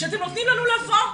שאתם נותנים לנו לבוא,